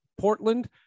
Portland